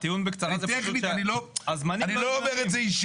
טכנית, אני לא אומר את זה אישית.